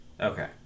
Okay